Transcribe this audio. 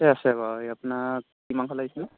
আছে আছে বাৰু আপোনাক কি মাংস লাগিছিল